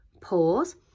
pause